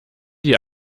die